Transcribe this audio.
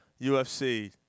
UFC